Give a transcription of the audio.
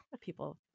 people